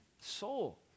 soul